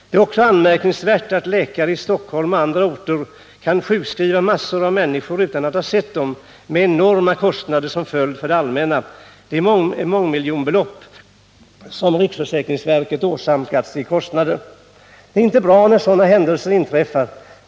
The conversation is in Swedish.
Det är också anmärkningsvärt att läkare i Stockholm och andra orter kan sjukskriva massor av människor utan att ha sett dem — med enorma kostnader som följd för det allmänna. Det är mångmiljonbelopp som riksförsäkringsverket åsamkats i kostnader. Det är inte bra när sådana händelser inträffar.